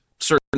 Certain